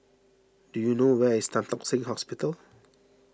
do you know where is Tan Tock Seng Hospital